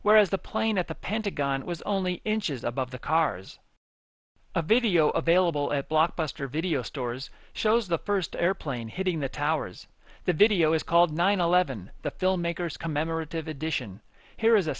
whereas the plane at the pentagon was only inches above the cars a video available at blockbuster video stores shows the first airplane hitting the towers the video is called nine eleven the filmmakers commemorative edition here is a